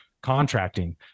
contracting